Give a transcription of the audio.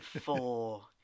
four